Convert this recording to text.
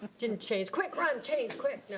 didn't change. quick run change quick.